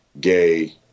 gay